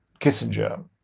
Kissinger